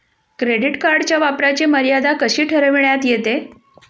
Credit कार्डच्या वापराची मर्यादा कशी ठरविण्यात येते?